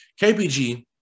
KPG